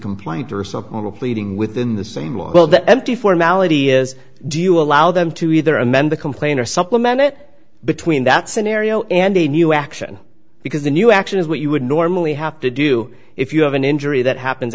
complaint or something pleading within the same well that empty formality is do you allow them to either amend the complain or supplement it between that scenario and a new action because the new action is what you would normally have to do if you have an injury that happens